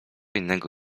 innego